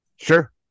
Sure